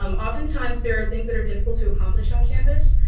um oftentimes, there are things that are difficult to accomplish on campus,